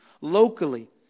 Locally